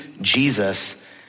Jesus